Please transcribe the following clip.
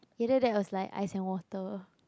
either that's was like ice and water